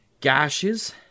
gashes